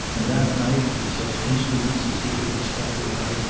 and that night, with such instruments as he could extemporize,